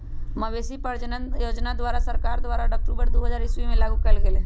मवेशी प्रजजन योजना भारत सरकार द्वारा अक्टूबर दू हज़ार ईश्वी में लागू कएल गेल